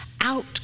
Out